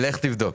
הבנתי.